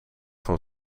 van